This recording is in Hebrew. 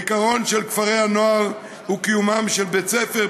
העיקרון של כפרי הנוער הוא קיומם של בית ספר,